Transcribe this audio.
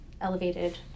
elevated